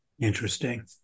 Interesting